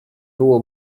było